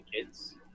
kids